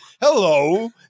hello